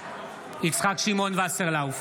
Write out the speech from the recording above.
אינו נוכח